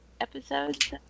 episodes